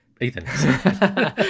Ethan